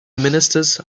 ministers